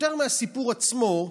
יותר מהסיפור עצמו,